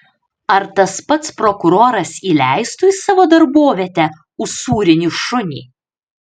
ar tas pats prokuroras įleistų į savo darbovietę usūrinį šunį